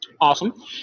Awesome